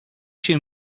się